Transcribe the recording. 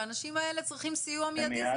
האנשים האלה צריכים סיוע מיידי,